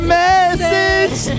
message